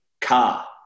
car